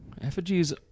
Effigies